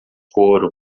couro